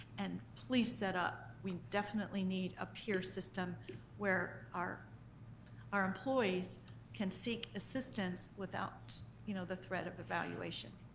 and please set up. we definitely need a peer system where our our employees can seek assistance without you know the threat of evaluation.